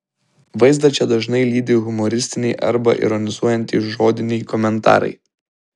vaizdą čia dažnai lydi humoristiniai arba ironizuojantys žodiniai komentarai